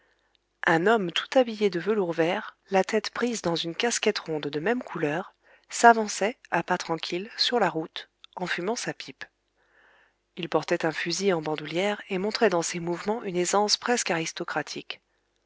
un homme tout habillé de velours vert la tête prise dans une casquette ronde de même couleur s'avançait à pas tranquilles sur la route en fumant sa pipe il portait un fusil en bandoulière et montrait dans ses mouvements une aisance presque aristocratique